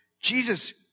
Jesus